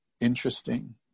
interesting